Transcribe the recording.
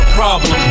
problem